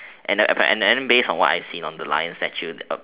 and then and then based on what I've seen on the lion statue of